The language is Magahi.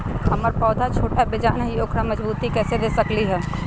हमर पौधा छोटा बेजान हई उकरा मजबूती कैसे दे सकली ह?